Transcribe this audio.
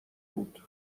بود